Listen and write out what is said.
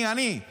אני, אני.